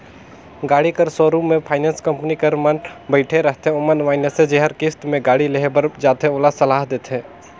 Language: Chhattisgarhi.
गाड़ी कर सोरुम में फाइनेंस कंपनी कर मन बइठे रहथें ओमन मइनसे जेहर किस्त में गाड़ी लेहे बर जाथे ओला सलाह देथे